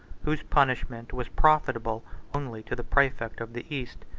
whose punishment was profitable only to the praefect of the east,